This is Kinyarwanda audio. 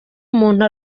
umuntu